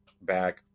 back